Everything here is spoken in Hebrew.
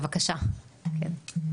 הבקשה השנה הייתה להעלות אותה לקו ראשון.